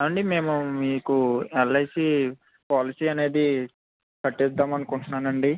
ఏమండి మేము మీకు ఎల్ఐసి పాలసీ అనేది కట్టిద్దామని అనుకుంటున్నాను అండి